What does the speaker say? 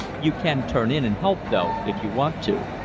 you can turn in and help though, if you want to.